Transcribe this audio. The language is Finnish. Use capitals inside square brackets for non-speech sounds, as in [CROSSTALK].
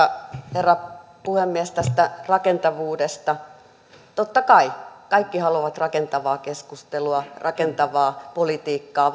herra puhemies tästä rakentavuudesta totta kai kaikki haluavat rakentavaa keskustelua rakentavaa politiikkaa [UNINTELLIGIBLE]